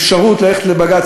אפשרות ללכת לבג"ץ,